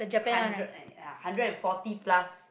hundred like ya hundred and forty plus